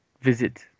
visit